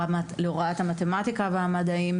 להוראת המתמטיקה והמדעים.